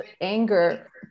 anger